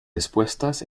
dispuestas